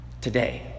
Today